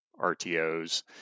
RTOs